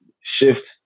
shift